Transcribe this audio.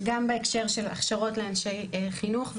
גם בהקשר של הכשרות לאנשי חינוך,